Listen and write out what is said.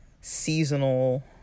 seasonal